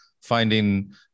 finding